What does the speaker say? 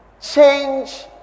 change